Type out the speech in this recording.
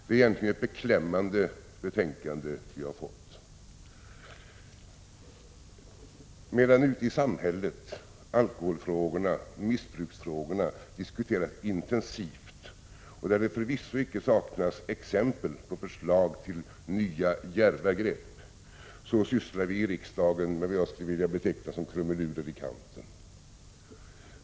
Det är egentligen ett beklämmande betänkande vi har fått. Medan alkoholfrågorna, missbruksfrågorna, ute i samhället diskuteras intensivt — och det förvisso inte saknas exempel på förslag till nya djärva grepp — sysslar vi i riksdagen med vad jag skulle vilja beteckna som krumelurer i kanten.